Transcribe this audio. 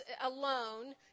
alone